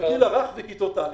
לגיל הרך ולכיתות א'.